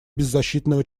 беззащитного